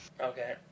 Okay